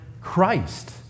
Christ